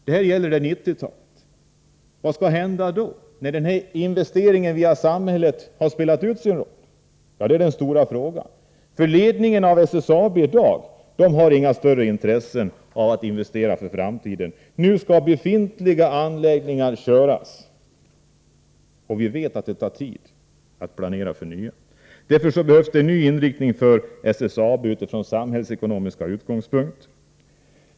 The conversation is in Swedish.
Det gäller 1990-talet. Vad skall hända då, när den här investeringen via samhället har spelat ut sin roll? Ja, det är den stora frågan. SSAB:s ledning har i dag inget större intresse av att investera för framtiden. Nu skall befintliga anläggningar köras, men vi vet att det tar tid att planera för nya. Därför behövs det en ny inriktning för SSAB utifrån en samhällsekonomisk utgångspunkt.